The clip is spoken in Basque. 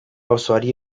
osoari